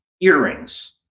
earrings